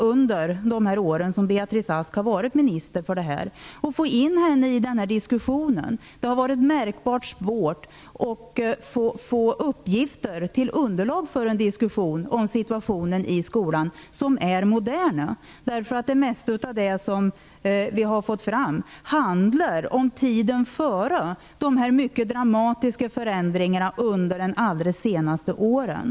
Under de år som Beatrice Ask har varit skolminister har det varit märkbart svårt att få in henne i den här diskussionen och att få moderna uppgifter till underlag för en diskussion om situationen i skolan. Det som har kommit fram handlar framför allt om tiden före de mycket dramatiska förändringar som har skett under de allra senaste åren.